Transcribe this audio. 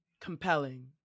compelling